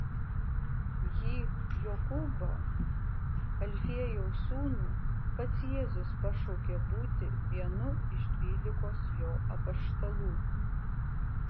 jį jokūbą alfiejaus sūnų pats jėzus pašaukė būti vienu iš dvylikos jo apaštalų